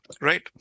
right